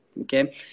okay